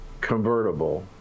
convertible